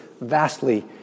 vastly